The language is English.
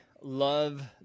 love